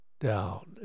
down